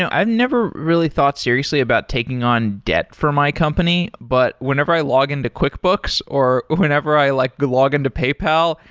yeah i've really thought seriously about taking on debt for my company, but whenever i log in to quickbooks or whenever i like log in to paypal,